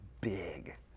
big